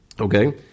okay